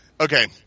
Okay